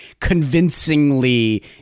convincingly